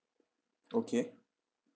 okay